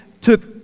took